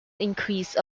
increase